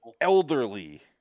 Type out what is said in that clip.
elderly